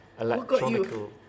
electronical